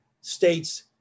states